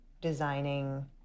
designing